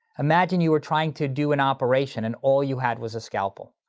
imagine you are trying to do an operation and all you had was a scalpel.